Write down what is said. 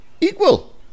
equal